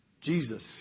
Jesus